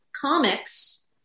comics